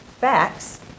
facts